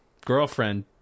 girlfriend